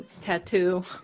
tattoo